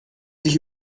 sich